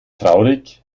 traurig